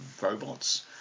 robots